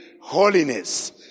holiness